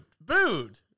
booed